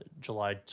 July